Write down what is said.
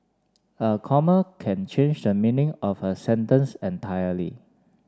a comma can change the meaning of a sentence entirely